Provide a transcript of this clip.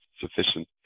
sufficient